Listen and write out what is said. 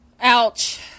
Ouch